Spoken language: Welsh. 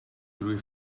drwy